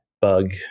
bug